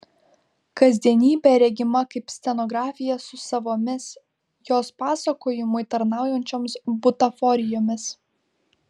kasdienybė regima kaip scenografija su savomis jos pasakojimui tarnaujančiom butaforijomis